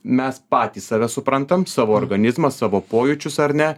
mes patys save suprantam savo organizmą savo pojūčius ar ne